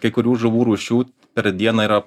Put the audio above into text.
kai kurių žuvų rūšių per dieną yra